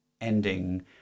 ending